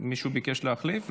מישהו ביקש להחליף?